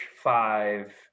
five